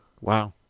wow